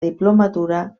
diplomatura